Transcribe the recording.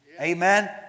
Amen